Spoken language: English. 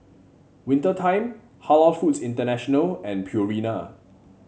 Winter Time Halal Foods International and Purina